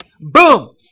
Boom